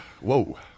Whoa